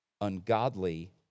ungodly